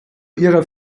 ihrer